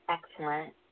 Excellent